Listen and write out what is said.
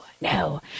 no